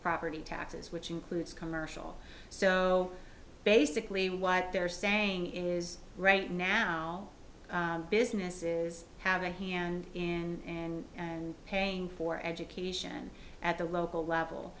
property taxes which includes commercial so basically what they're saying is right now businesses have a hand in paying for education at the local level